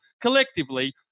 Collectively